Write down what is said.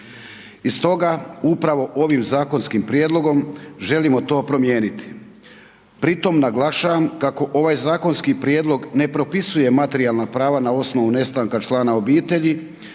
I stoga upravo ovim zakonskim prijedlogom želimo to promijeniti. Pritom naglašavam kako ovaj zakonski prijedlog ne propisuje materijalna prava na osnovu nestanka člana obitelji